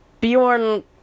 Bjorn